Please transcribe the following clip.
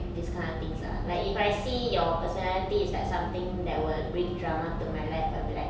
this kind of things lah like if I see your personality is like something that would bring drama to my life I'll be like